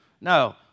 No